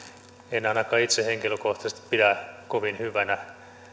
en ainakaan itse henkilökohtaisesti pidä kovin hyvänä